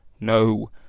no